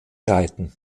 reiten